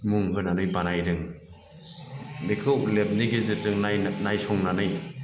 मुं होनानै बानायदों बेखौ लेबनि गेजेरजों नायसंनानै